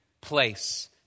place